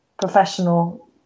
professional